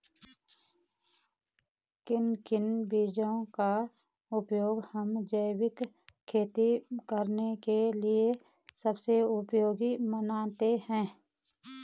किन किन बीजों का उपयोग हम जैविक खेती करने के लिए सबसे उपयोगी मानते हैं?